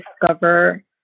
discover